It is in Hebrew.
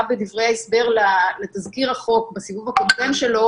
בדברי ההסבר לתזכיר החוק בסיבוב הקודם שלו